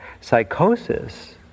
Psychosis